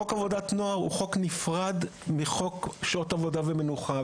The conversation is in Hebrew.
חוק עבודת נוער הוא חוק נפרד מחוק שעות עבודה ומנוחה,